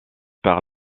par